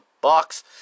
box